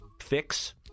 fix